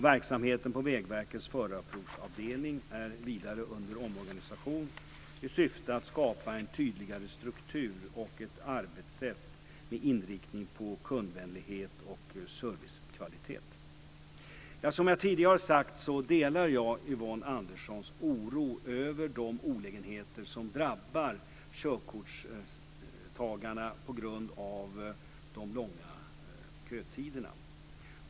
Verksamheten på Vägverkets förarprovsavdelning är vidare under omorganisation i syfte att skapa en tydligare struktur och ett arbetssätt med inriktning på kundvänlighet och servicekvalitet. Som jag tidigare har sagt delar jag Yvonne Anderssons oro över de olägenheter som drabbar körkortstagarna på grund av de långa kötiderna.